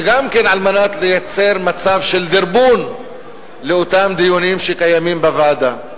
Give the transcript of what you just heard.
וגם כדי לייצר מצב של דרבון לאותם דיונים שקיימים בוועדה.